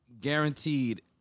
guaranteed